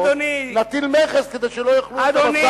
נטיל מכס כדי שלא יוכלו,